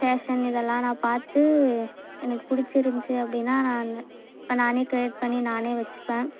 fashion இதெல்லாம் நான் பார்த்து எனக்கு பிடிச்சிருந்ச்சி அப்படீன்னா நான் நானே கிரேட் பண்ணி நானே வச்சுப்பேன்